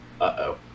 uh-oh